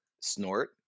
snort